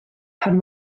pan